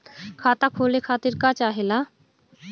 खाता खोले खातीर का चाहे ला?